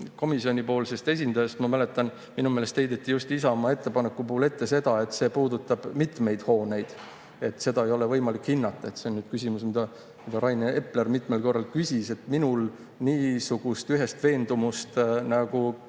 komisjoni esindajast ma mäletan, et minu meelest heideti just Isamaa ettepaneku puhul ette seda, et see puudutab mitmeid hooneid ja seda ei ole võimalik hinnata. See on küsimus, mida Rain Epler mitmel korral küsis. Minul niisugust ühest veendumust nagu